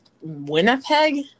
Winnipeg